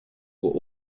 were